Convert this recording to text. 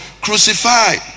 Crucified